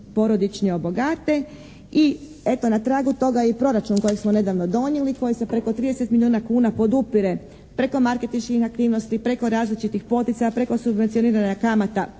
porodični obogate. I eto na tragu toga je i proračun koji smo nedavno donijeli, koji se preko 30 milijuna kuna podupire preko marketinških aktivnosti, preko različitih poticaja, preko subvencioniranja kamata